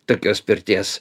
tokios pirties